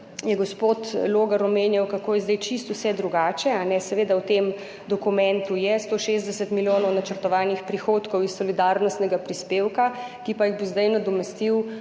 je gospod Logar omenjal, kako je zdaj čisto vse drugače. Seveda, v tem dokumentu je 160 milijonov načrtovanih prihodkov iz solidarnostnega prispevka, ki pa jih bo zdaj nadomestil